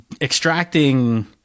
extracting